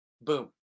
Boom